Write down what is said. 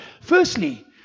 Firstly